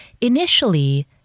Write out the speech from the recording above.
initially